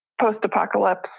post-apocalypse